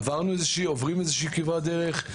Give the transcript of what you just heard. עברנו ועוברים איזושהי כברת דרך,